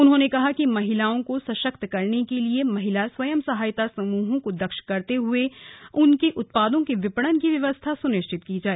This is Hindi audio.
उन्होंने कहा कि महिलाओं को सशक्त करने के लिए महिला स्वयं सहायता समूहों को दक्ष करते हुये उनके उत्पादों के विपणन की व्यवस्था सुनिश्चित की जाए